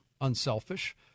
unselfish